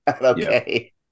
Okay